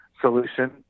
solution